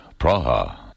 Praha